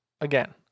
again